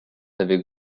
avec